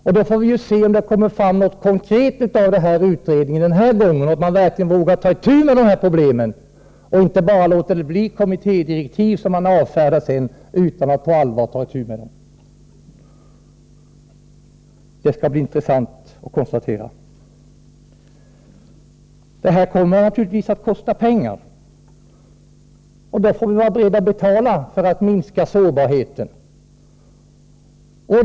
Vi får nu se om det kommer fram något konkret av utredningen denna gång och om man verkligen vågar ta itu med dessa problem och inte endast låter det bli kommittédirektiv som man sedan bara avfärdar utan att på allvar ta upp problemen. Det skall bli intressant att konstatera hur det blir. Detta kommer naturligtvis att kosta pengar, och dem får vi vara beredda att betala för att minska sårbarheten.